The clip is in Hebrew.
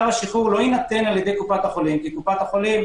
מכתב השחרור לא יינתן על-ידי קופת החולים,